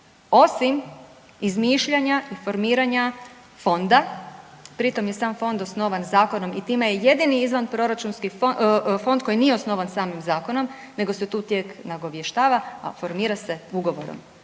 osim izmišljanja i formiranja fonda, pri tom je sam fond osnovan zakonom i time je jedini izvanproračunski fond, fond koji nije osnovan samim zakonom nego se tu tijek nagovještava, a formira se ugovorom